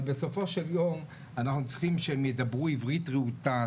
אבל בסופו של יום אנחנו צריכים שהם ידברו עברית רהוטה,